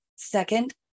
Second